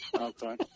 Okay